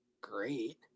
great